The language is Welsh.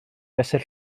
fesur